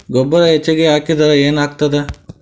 ಗೊಬ್ಬರ ಹೆಚ್ಚಿಗೆ ಹಾಕಿದರೆ ಏನಾಗ್ತದ?